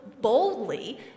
boldly